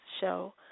show